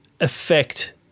affect